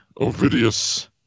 Ovidius